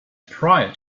prior